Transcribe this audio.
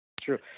True